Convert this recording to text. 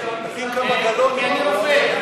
כי אני רופא.